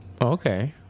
okay